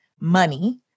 Money